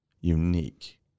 unique